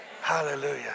Hallelujah